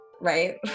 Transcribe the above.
right